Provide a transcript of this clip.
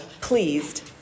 pleased